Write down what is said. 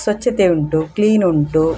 ಸ್ವಚ್ಛತೆ ಉಂಟು ಕ್ಲೀನ್ ಉಂಟು